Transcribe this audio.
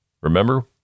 Remember